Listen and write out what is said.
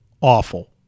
awful